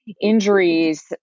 injuries